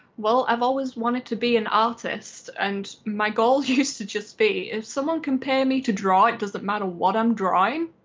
well i've always wanted to be an artist and my goal used to just be if someone can pay me to draw, it doesn't matter what i'm drawing.